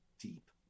deep